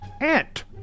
Ant